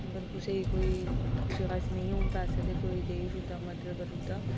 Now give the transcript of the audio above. कुसै ई कोई अगर नेईं होन पैसे कोई देई बी छुड़दा मदद करूड़दा